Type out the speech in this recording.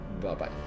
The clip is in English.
Bye-bye